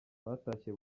batashye